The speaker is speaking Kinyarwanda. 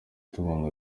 tubona